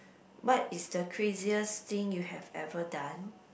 what is the craziest thing you have ever done